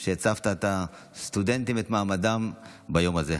על שהצפת את הסטודנטים, את מעמדם, ביום הזה.